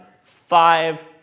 five